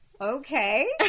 Okay